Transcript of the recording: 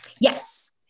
Yes